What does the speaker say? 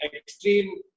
extreme